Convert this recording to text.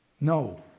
No